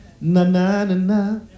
Na-na-na-na. (